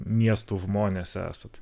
miestų žmonės esat